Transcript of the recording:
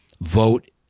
vote